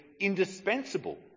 indispensable